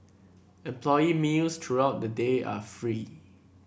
employee meals throughout the day are free